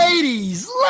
Ladies